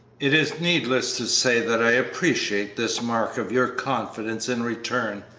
it is needless to say that i appreciate this mark of your confidence in return,